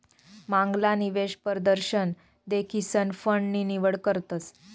मांगला निवेश परदशन देखीसन फंड नी निवड करतस